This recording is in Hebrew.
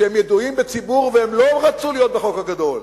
שהם ידועים בציבור והם לא רצו להיות בחוק הגדול.